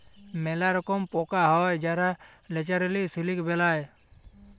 ম্যালা রকম পকা হ্যয় যারা ল্যাচারেলি সিলিক বেলায়